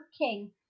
king